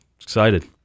Excited